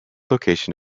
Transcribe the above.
location